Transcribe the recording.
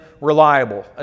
reliable